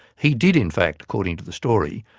he did, in fact, according to the story,